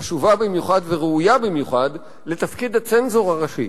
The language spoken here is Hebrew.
חשובה במיוחד וראויה במיוחד לתפקיד הצנזור הראשי.